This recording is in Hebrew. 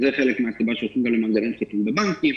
זה חלק מהסיבה שדורשים כאלה מעגלי חיתום בבנקים,